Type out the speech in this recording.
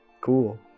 cool